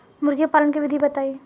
मुर्गीपालन के विधी बताई?